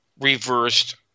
reversed